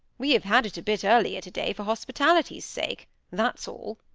we have had it a bit earlier to-day for hospitality's sake that's all